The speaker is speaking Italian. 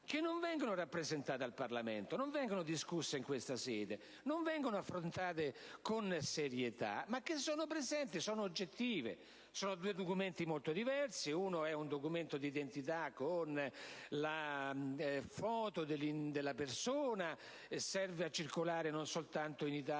che non vengono rappresentate al Parlamento, non vengono discusse in questa sede, non vengono affrontate con serietà, ma che sono presenti e oggettive. Sono due documenti molto diversi: uno è un documento d'identità con la foto della persona, e che serve a circolare, non soltanto in Italia,